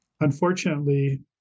unfortunately